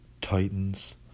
Titans